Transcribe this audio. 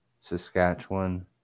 Saskatchewan